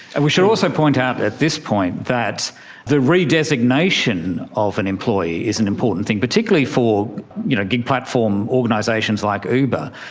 and we should also point out at this point that the re-designation of an employee is an important thing, particularly for you know gig platform organisations like uber,